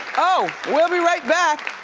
oh, we'll be right back.